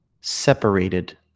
separated